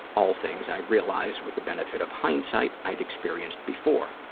all things i realize with the benefit of hindsight i'd experienced before,